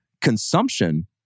consumption